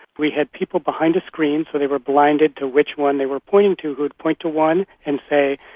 we had people behind a screen, so they were blinded to which one they were pointing to, who would point to one and say,